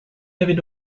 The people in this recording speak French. n’avait